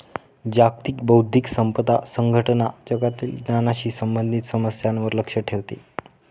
जागतिक बौद्धिक संपदा संघटना जगातील ज्ञानाशी संबंधित समस्यांवर लक्ष ठेवते